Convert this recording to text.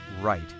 right